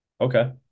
Okay